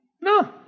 No